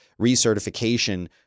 recertification